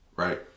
Right